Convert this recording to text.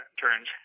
turns